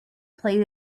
play